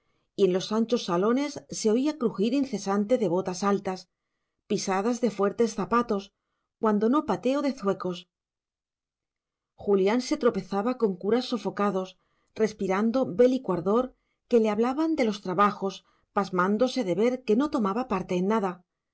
y en los anchos salones se oía crujir incesante de botas altas pisadas de fuertes zapatos cuando no pateo de zuecos julián se tropezaba con curas sofocados respirando bélico ardor que le hablaban de los trabajos pasmándose de ver que no tomaba parte en nada